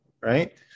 right